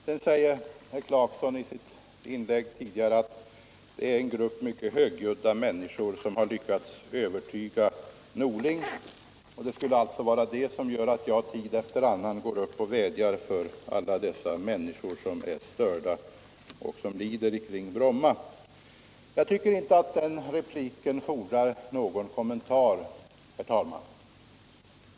Herr Clarkson sade också att det var en grupp mycket högljudda människor som hade lyckats övertyga herr Norling och att det skulle ha gjort att jag tid efter annan går upp och vädjar för alla de människor som anser sig störda och lider av bullret vid Bromma. Jag tycker inte, herr talman, att den repliken fordrar någon kommentar.